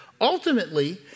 Ultimately